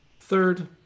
Third